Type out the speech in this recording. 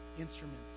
instruments